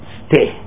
stay